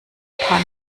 paar